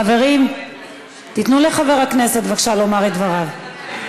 חברים, תיתנו בבקשה לחבר הכנסת לומר את דבריו.